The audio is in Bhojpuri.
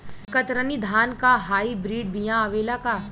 कतरनी धान क हाई ब्रीड बिया आवेला का?